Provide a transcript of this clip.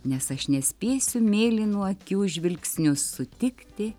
nes aš nespėsiu mėlynų akių žvilgsniu sutikti